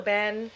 Ben